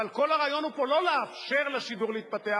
אבל כל הרעיון פה הוא לא לאפשר לשידור להתפתח,